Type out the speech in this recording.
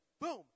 boom